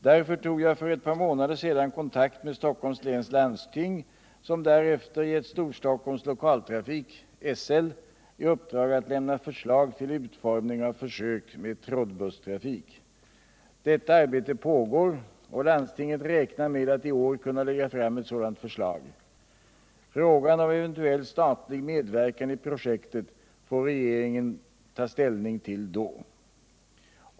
Därför tog jag för ett par månader sedan kontakt med Stockholms läns landsting, SL, i uppdrag att lämna förslag till utformning av försök med trådbusstrafik. Detta arbete pågår, och landstinget räknar med att i år kunna lägga fram ett sådant förslag. Frågan om eventuell statlig medverkan i projektet får regeringen ta ställning till då.